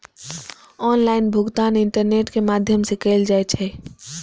online भुगतान internet के माध्यम सं कैल जाइ छै